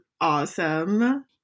awesome